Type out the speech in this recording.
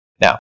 now